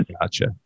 Gotcha